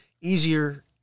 easier